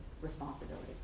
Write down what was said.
responsibility